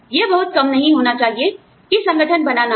यह बहुत कम नहीं होना चाहिए कि संगठन बना ना रहे